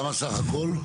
כמה סך הכול?